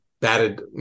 batted